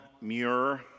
Muir